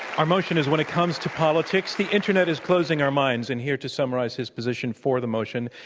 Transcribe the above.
our motion is when it comes to politics the internet is closing our minds and here to summarize his position for the motion,